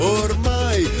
ormai